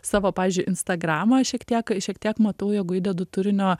savo pavyzdžiui instagramą šiek tiek šiek tiek matau jeigu įdedu turinio